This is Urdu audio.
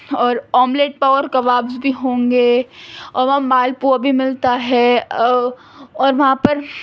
اور آملیٹ اور کباب بھی ہوں گے اور وہاں مال پوا بھی ملتا ہے اور وہاں پر